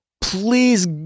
please